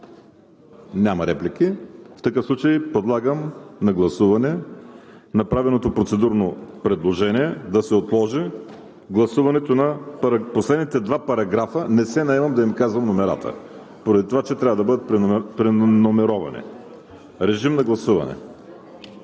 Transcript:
Няма реплики. В такъв случай подлагам на гласуване направеното процедурно предложение да се отложи гласуването на последните два параграфа – не се наемам да им казвам номерата, поради това че трябва да бъдат преномеровани. Гласували